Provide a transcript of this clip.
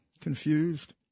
confused